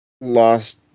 lost